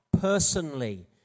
personally